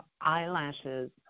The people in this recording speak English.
eyelashes